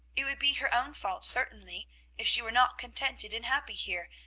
it would be her own fault certainly if she were not contented and happy here,